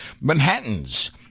manhattan's